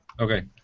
Okay